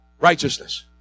righteousness